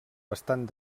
bastant